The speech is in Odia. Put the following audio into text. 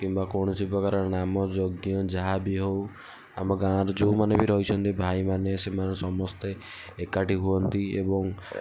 କିମ୍ବା କୌଣସି ପ୍ରକାର ନାମ ଯଜ୍ଞ ଯାହା ବି ହଉ ଆମ ଗାଁର ଯେଉଁ ମାନେ ବି ରହିଛନ୍ତି ଭାଇମାନେ ସେମାନେ ସମସ୍ତେ ଏକାଠି ହୁଅନ୍ତି ଏବଂ